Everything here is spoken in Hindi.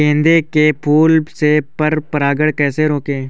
गेंदे के फूल से पर परागण कैसे रोकें?